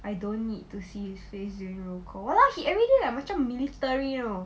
I don't need to see his face during roll call !walao! he everyday like macam military you know